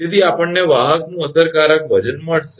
તેથી આપણને વાહકનું અસરકારક વજન મળશે